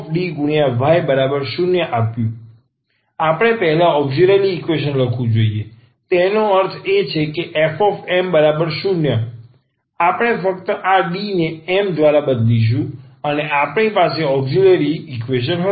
આપણે પહેઆ auxiliary equation લખવું જોઈએ તેનો અર્થ એ કે આ fm0 આપણે ફક્ત આ D ને m દ્વારા બદલીશું અને આપણી પાસે ઔક્ષીલરી ઈક્વેશન હશે